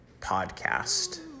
podcast